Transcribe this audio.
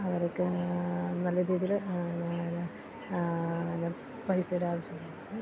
അവർക്ക് നല്ല രീതിയിൽ എന്നാ നല്ല നല്ല പൈസയുടെ ആവശ്യം വരുന്നുണ്ട്